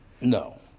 No